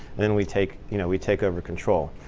then we take you know we take over control.